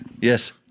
Yes